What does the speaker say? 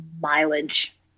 mileage